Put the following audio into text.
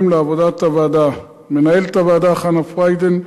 לעבודת הוועדה: מנהלת הוועדה חנה פריידין,